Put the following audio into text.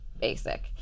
basic